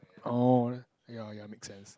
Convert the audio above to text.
oh ya ya make sense